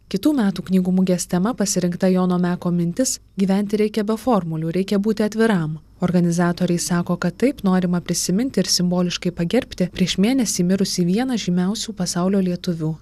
kitų metų knygų mugės tema pasirinkta jono meko mintis gyventi reikia be formulių reikia būti atviram organizatoriai sako kad taip norima prisiminti ir simboliškai pagerbti prieš mėnesį mirusį vieną žymiausių pasaulio lietuvių